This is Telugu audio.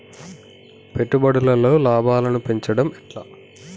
పెట్టుబడులలో లాభాలను పెంచడం ఎట్లా?